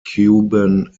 cuban